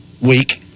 week